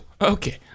okay